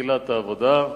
לתחילת העבודה,